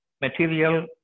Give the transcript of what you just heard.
material